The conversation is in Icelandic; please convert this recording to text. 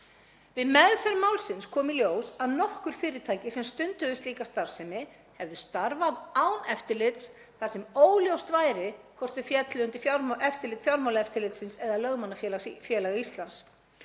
Við meðferð málsins kom í ljós að nokkur fyrirtæki sem stunduðu slíka starfsemi hefðu starfað án eftirlits þar sem óljóst væri hvort þau féllu undir eftirlit Fjármálaeftirlitsins eða Lögmannafélags Íslands